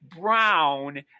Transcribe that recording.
Brown